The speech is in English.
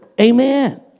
Amen